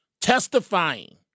testifying